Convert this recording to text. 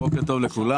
בוקר טוב לכולם.